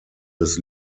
des